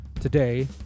Today